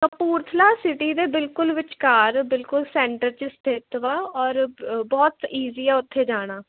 Kapurthala city ਦੇ ਬਿਲਕੁਲ ਵਿਚਕਾਰ ਬਿਲਕੁਲ ਸੈਂਟਰ 'ਚ ਸਥਿਤ ਵਾ ਔਰ ਬਹੁਤ ਈਜ਼ੀ ਆ ਉੱਥੇ ਜਾਣਾ